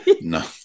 no